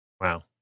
Wow